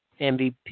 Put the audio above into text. MVP